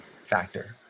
factor